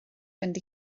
fynd